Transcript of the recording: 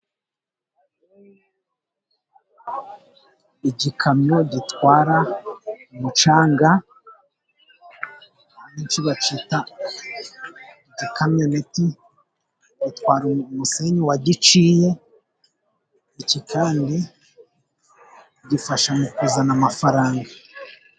Igikamyo gitwara umucanga abenshi bacyita igikamyoneti, gitwara umusenyi wa giciye. Iki kandi gifasha mu kuzana amafaranga.